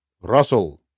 Russell